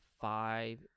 five